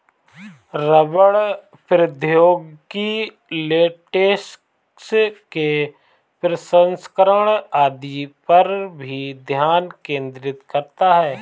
रबड़ प्रौद्योगिकी लेटेक्स के प्रसंस्करण आदि पर भी ध्यान केंद्रित करता है